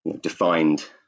defined